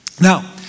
Now